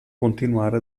continuare